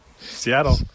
Seattle